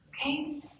Okay